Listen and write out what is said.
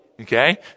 okay